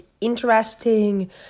interesting